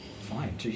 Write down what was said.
Fine